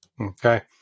Okay